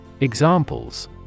Examples